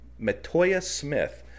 Metoya-Smith